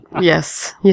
Yes